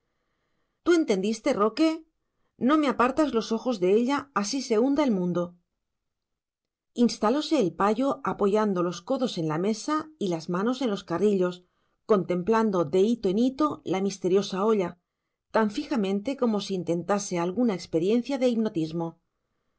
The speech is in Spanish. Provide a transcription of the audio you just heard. tú entendiste roque no me apartas los ojos de ella así se hunda el mundo instalóse el payo apoyando los codos en la mesa y las manos en los carrillos contemplando de hito en hito la misteriosa olla tan fijamente como si intentase alguna experiencia de hipnotismo